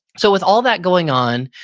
so with all that going on,